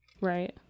Right